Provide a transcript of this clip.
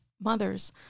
mothers